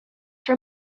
for